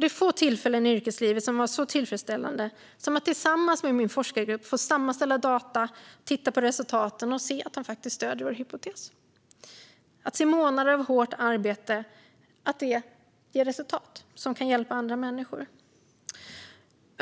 Det är få tillfällen i yrkeslivet som har varit så tillfredställande som att tillsammans med min forskargrupp få sammanställa data, titta på resultaten och se att de faktiskt stöder vår hypotes och att månader av hårt arbete kan ge resultat som kan hjälpa andra människor.